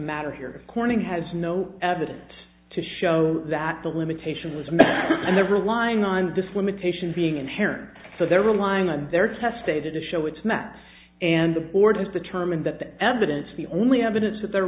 matter here of corning has no evidence to show that the limitation was narrow and they're relying on this limitation being inherent so they're relying on their test data to show its math and the board has determined that the evidence the only evidence that they're